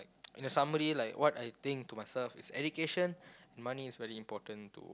somebody like what I think to myself is education money is very important to